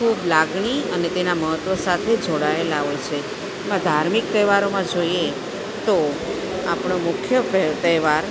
ખૂબ લાગણી અને તેના મહત્ત્વ સાથે જોડાએલા હોય છે એમાં ધાર્મિક તહેવારોમાં જોઈએ તો આપણો મુખ્ય પ તહેવાર